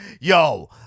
Yo